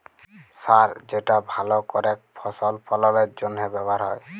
সার যেটা ভাল করেক ফসল ফললের জনহে ব্যবহার হ্যয়